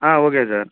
ah okay sir